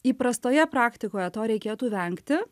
įprastoje praktikoje to reikėtų vengti